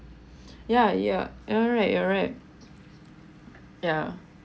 ya ya ya you're right you're right ya